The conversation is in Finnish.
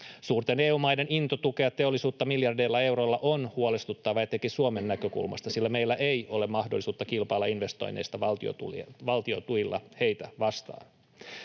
Suurten EU-maiden into tukea teollisuutta miljardeilla euroilla on huolestuttavaa etenkin Suomen näkökulmasta, sillä meillä ei ole mahdollisuutta kilpailla investoinneista valtion tuilla heitä vastaan.